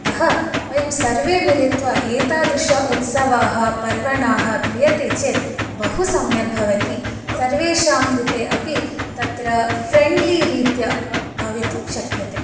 अतः वयं सर्वे मिलित्वा एतादृश उत्सवाः पर्वणाः क्रियते चेत् बहु सम्यक् भवति सर्वेषां कृते अपि तत्र फ्रेन्ड्ली रीत्या भवितुं शक्यते